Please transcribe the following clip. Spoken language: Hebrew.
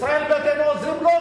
ישראל ביתנו, גיוס בנות.